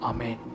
Amen